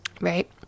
right